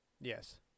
Yes